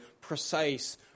precise